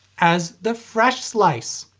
as the fresh slice.